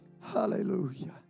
hallelujah